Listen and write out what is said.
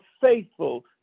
faithful